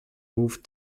moved